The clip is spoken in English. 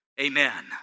Amen